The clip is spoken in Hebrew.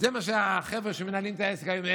זה מה שהחבר'ה שמנהלים את העסק הזה היום,